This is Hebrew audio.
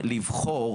העובדים,